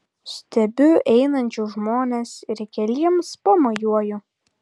stebiu einančius žmones ir keliems pamojuoju